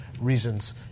reasons